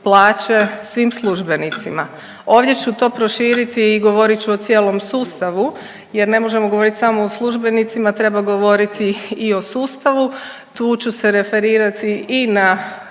plaće svim službenicima. Ovdje ću to proširiti i govorit ću o cijelom sustavu jer ne možemo govoriti samo o službenicima, treba govoriti i o sustavu. Tu ću se referirati i na